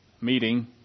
meeting